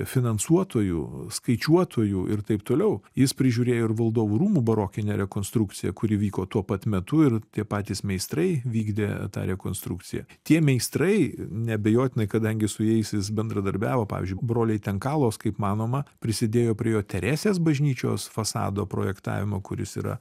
finansuotojų skaičiuotojų ir taip toliau jis prižiūrėjo ir valdovų rūmų barokinę rekonstrukciją kuri vyko tuo pat metu ir tie patys meistrai vykdė tą rekonstrukciją tie meistrai neabejotinai kadangi su jais jis bendradarbiavo pavyzdžiui broliai tenkalos kaip manoma prisidėjo prie jo teresės bažnyčios fasado projektavimo kuris yra